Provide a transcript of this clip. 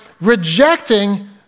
rejecting